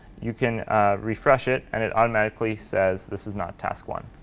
you can refresh it, and it automatically says this is not task one.